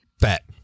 Bet